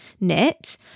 knit